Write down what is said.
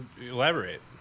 elaborate